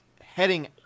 heading